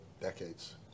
decades